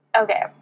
Okay